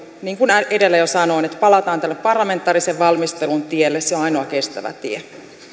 niin kuin edellä jo sanoin että palataan parlamentaarisen valmistelun tielle se on ainoa kestävä tie